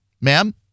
Ma'am